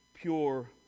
pure